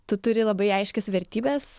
tu turi labai aiškias vertybes